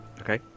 Okay